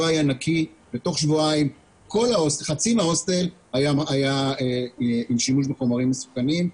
היה נקי ותוך שבועיים חצי מההוסטל היה עם שימוש בחומרים מסוכנים.